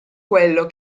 quello